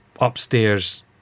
upstairs